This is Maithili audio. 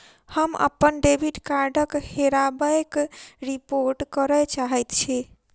हम अप्पन डेबिट कार्डक हेराबयक रिपोर्ट करय चाहइत छि